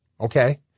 Okay